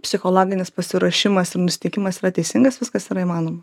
psichologinis pasiruošimas ir nusiteikimas yra teisingas viskas yra įmanoma